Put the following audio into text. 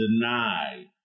denied